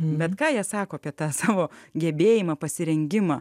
bet ką jie sako apie tą savo gebėjimą pasirengimą